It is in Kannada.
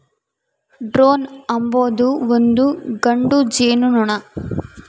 ಡ್ರೋನ್ ಅಂಬೊದು ಒಂದು ಗಂಡು ಜೇನುನೊಣ